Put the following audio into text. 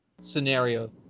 scenario